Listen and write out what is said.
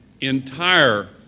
entire